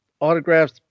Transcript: autographs